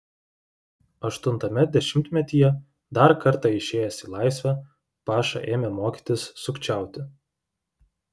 aštuntame dešimtmetyje dar kartą išėjęs į laisvę paša ėmė mokytis sukčiauti